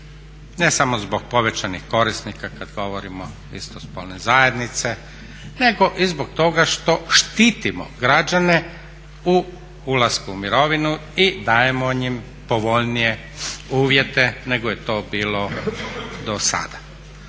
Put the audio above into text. ne samo zbog povećanih korisnika kad govorimo istospolne zajednice nego i zbog toga što štitimo građane u ulasku u mirovinu i dajemo im povoljnije uvjete nego je to bilo do sada.